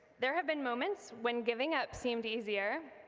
there have been moments when giving up seemed easier,